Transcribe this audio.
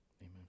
Amen